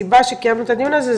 הסיבה שקיימנו את הדיון הזה,